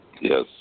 Yes